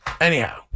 Anyhow